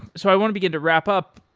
so i want to begin to wrap-up.